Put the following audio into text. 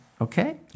Okay